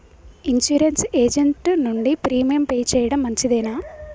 Insurance agent నుండి premium pay చేయడం మంచిదేనా?